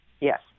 Yes